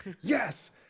yes